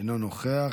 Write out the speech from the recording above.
אינו נוכח,